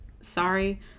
sorry